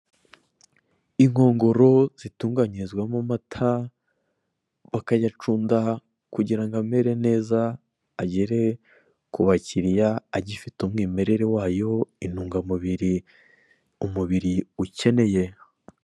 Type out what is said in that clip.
Inkongoro zitunganyirizwamo amata, bakayacunda kugira ngo amere neza agere ku bakiriya agifite umwimerere wayo, intungamubiri umubiri ukeneye.